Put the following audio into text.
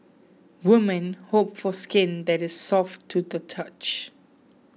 woman hope for skin that is soft to the touch